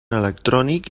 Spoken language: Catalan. electrònic